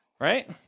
right